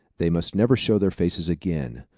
they must never show their faces again,